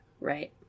Right